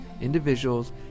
individuals